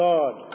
God